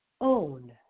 own